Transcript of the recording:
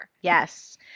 Yes